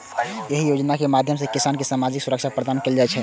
एहि योजनाक माध्यम सं किसान कें सामाजिक सुरक्षा प्रदान कैल जाइ छै